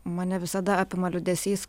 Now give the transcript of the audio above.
mane visada apima liūdesys